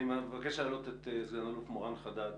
אני מבקש להעלות את מורן חדד,